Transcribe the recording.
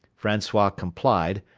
francois complied,